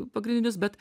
pagrindinius bet